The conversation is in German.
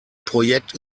projekt